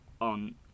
on